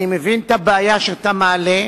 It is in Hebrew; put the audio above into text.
אני מבין את הבעיה שאתה מעלה,